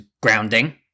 grounding